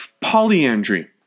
Polyandry